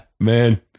man